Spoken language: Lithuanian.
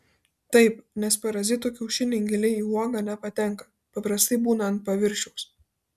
taip nes parazitų kiaušiniai giliai į uogą nepatenka paprastai būna ant paviršiaus